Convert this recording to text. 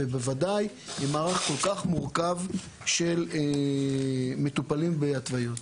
ובוודאי עם מערך כל כך מורכב של מטופלים והתוויות.